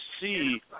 see